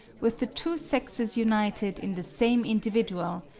with the two sexes united in the same individual,